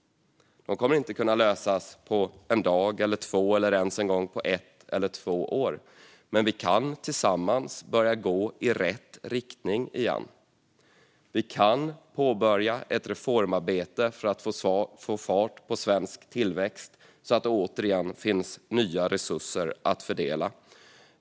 De kommer inte att kunna lösas på en dag eller två eller ens på ett eller två år. Men vi kan tillsammans börja gå i rätt riktning igen. Vi kan påbörja ett reformarbete för att få fart på svensk tillväxt så att det återigen finns resurser att fördela.